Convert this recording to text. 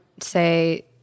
say